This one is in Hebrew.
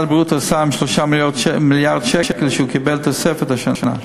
הבריאות עשה עם 3 מיליארד שקל שהוא קיבל תוספת השנה,